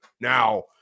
Now